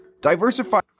Diversify